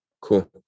Cool